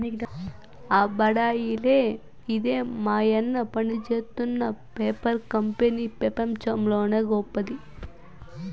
ఆ బడాయిలే ఇదే మాయన్న పనిజేత్తున్న పేపర్ కంపెనీ పెపంచంలోనే గొప్పది